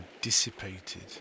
dissipated